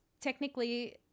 technically